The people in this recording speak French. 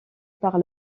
par